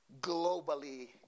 globally